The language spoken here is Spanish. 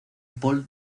paul